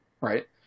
right